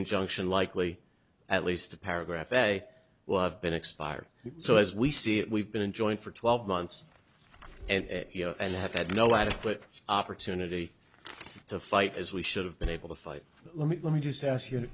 injunction likely at least a paragraph a will have been expired so as we see it we've been enjoying for twelve months and you know and have had no adequate opportunity to fight as we should have been able to fight let me let me just ask you